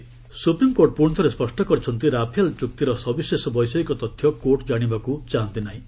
SC Rafale supreme court ପୁଣି ଥରେ ସ୍ୱଷ୍ଟ କରିଛନ୍ତି ରାଫେଲ୍ ଚୁକ୍ତିର ସବିଶେଷ ବୈଷୟିକ ତଥ୍ୟ କୋର୍ଟ ଜାଣିବାକୁ ଚାହାନ୍ତି ନାହିଁ